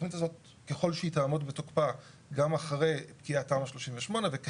התכנית הזאת ככל שהיא תעמוד בתוקפה גם אחרי פקיעת תמ"א 38 וככלל,